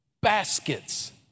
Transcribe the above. baskets